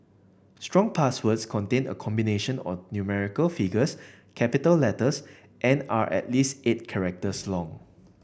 strong passwords contain a combination or numerical figures capital letters and are at least eight characters long